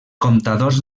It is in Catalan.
comptadors